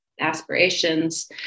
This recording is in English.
aspirations